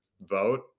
vote